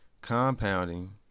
compounding